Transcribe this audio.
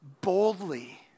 boldly